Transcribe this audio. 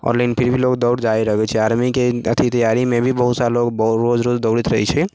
आओर लेकिन फिर भी लोग दौड़ जारी रखै छै आर्मीके अथी तैयारीमे भी बहुत सारा लोग रोज रोज दौड़ैत रहै छै